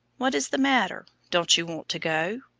what is the matter, don't you want to go?